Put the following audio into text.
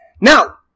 Now